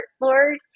Lord